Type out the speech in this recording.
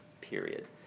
period